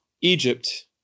Egypt